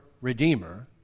Redeemer